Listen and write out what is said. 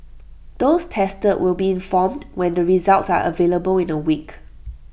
those tested will be informed when the results are available in A week